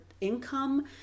income